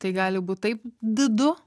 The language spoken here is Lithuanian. tai gali būt taip didu